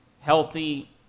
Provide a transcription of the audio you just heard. healthy